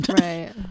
right